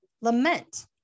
lament